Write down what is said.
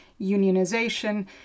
unionization